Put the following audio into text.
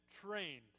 trained